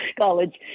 College